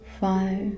five